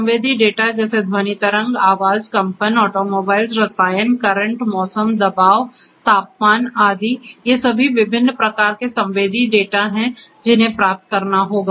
संवेदी डेटा जैसे ध्वनि तरंग आवाज कंपन ऑटोमोबाइल रसायन करंट मौसम दबाव तापमान आदि ये सभी विभिन्न प्रकार के संवेदी डेटा हैं जिन्हें प्राप्त करना होगा